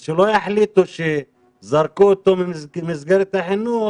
אז שלא יחליטו שזרקו אותו ממסגרת החינוך